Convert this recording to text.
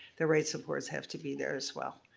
the right supports have to be there as well.